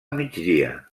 migdia